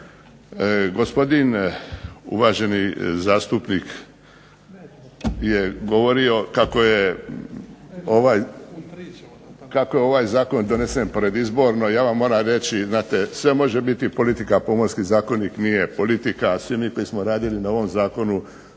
Gospodin uvaženi zastupnik je govorio kako je ovaj zakon donesen predizborno. Ja vam moram reći, znate sve može biti politika. Pomorski zakonik nije politika, a svi mi koji smo radili na ovom zakonu